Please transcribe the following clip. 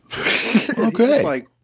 Okay